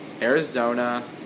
Arizona